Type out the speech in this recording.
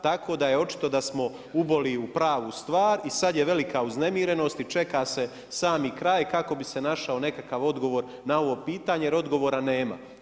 Tako da je očito da smo uboli u pravu stvar i sad je velika uznemirenost i čeka se sami kaj kako bi se našao nekakav odgovor na ovo pitanje, jer odgovora nema.